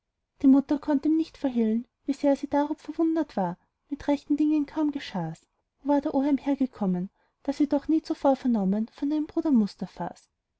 die mutter konnt ihm nicht verhehlen wie sehr sie drob verwundert war mit rechten dingen kaum geschah's wo war der oheim hergekommen da sie doch nie zuvor vernommen von einem bruder